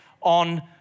on